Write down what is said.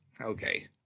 okay